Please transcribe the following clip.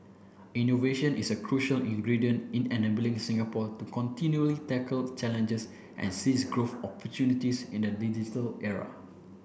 innovation is a crucial ingredient in enabling Singapore to continually tackle challenges and seize growth opportunities in a digital era